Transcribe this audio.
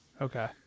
okay